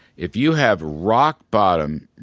if you have rock-bottom,